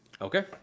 Okay